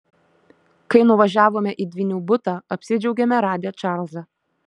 kai nuvažiavome į dvynių butą apsidžiaugėme radę čarlzą